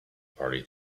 party